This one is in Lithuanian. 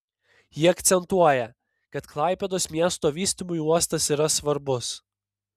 ji akcentuoja kad klaipėdos miesto vystymui uostas yra svarbus